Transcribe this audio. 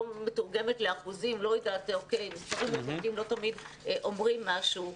מתורגמת לאחוזים ומספרים לא תמיד אומרים משהו.